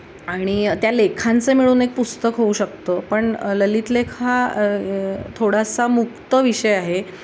आणि त्या लेखांचं मिळून एक पुस्तक होऊ शकतं पण ललित लेख हा थोडासा मुक्त विषय आहे